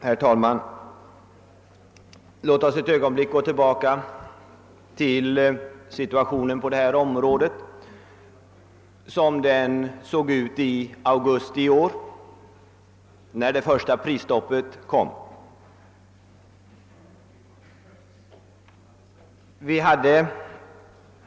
Herr talman! Låt oss ett ögonblick se på situationen på det här området i augusti i år, då det första prisstoppet infördes.